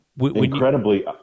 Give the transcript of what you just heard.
incredibly